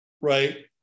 right